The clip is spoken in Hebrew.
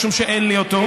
משום שאין לו אותו.